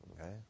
Okay